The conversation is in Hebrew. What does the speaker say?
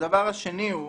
נשאל פה